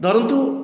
ଧରନ୍ତୁ